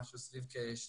משהו סביב כ-2%,